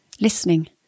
listening